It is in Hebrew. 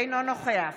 אינו נוכח